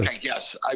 Yes